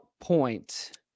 point